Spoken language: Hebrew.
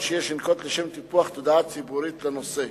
שיש לנקוט לשם טיפוח תודעה ציבורית לנושא.